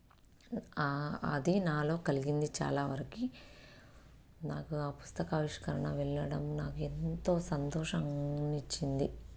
అది నాలో కలిగింది చాలా వరకు నాకు ఆ పుస్తకావిష్కరణ వెళ్ళడం నాకెంతో సంతోషం అనిపించింది